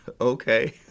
okay